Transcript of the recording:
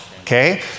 Okay